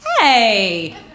hey